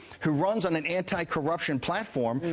who runs on an anti-corruption platform,